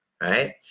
right